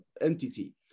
entity